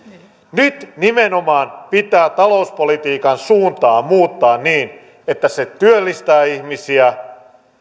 nyt nimenomaan pitää talouspolitiikan suuntaa muuttaa niin että se työllistää ihmisiä